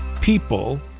People